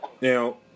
Now